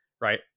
right